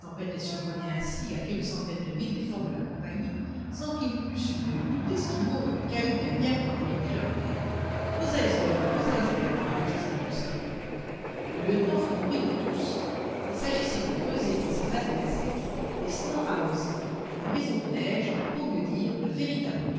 les surprenait ainsi à quelques centaines de milles des forts de la compagnie sans qu'ils eussent une hutte d'esquimaux ou une cahute d'indien pour abriter leur tête aux icebergs aux icebergs cria jasper hobson le lieutenant fut compris de tous il s'agissait de creuser dans ces masses glacées des snow houses des maisons de neige ou pour mieux dire de véritables